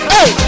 Hey